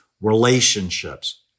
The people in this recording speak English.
relationships